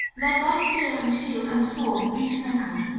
let thy spear and shield and sword be sprinkled.